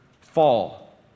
fall